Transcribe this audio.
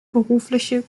berufliche